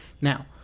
Now